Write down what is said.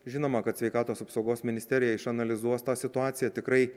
žinoma kad sveikatos apsaugos ministerija išanalizuos tą situaciją tikrai